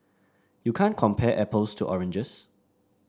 you can't compare apples to oranges